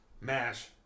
Mash